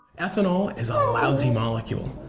ethanol is a lousy molecule.